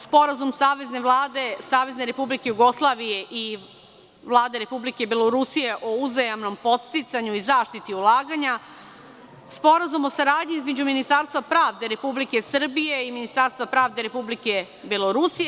Sporazum Savezne Vlade Savezne Republike Jugoslavije i Vlade Republike Belorusije o uzajamnom podsticanju i zaštiti ulaganja, Sporazum o saradnji između Ministarstva pravde Republike Srbije i Ministarstva pravde Republike Belorusije.